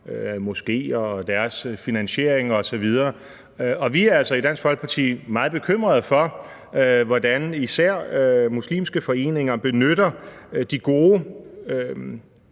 om moskéer og deres finansiering osv., og vi er altså i Dansk Folkeparti meget bekymrede over, hvordan især muslimske foreninger benytter de gode,